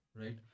right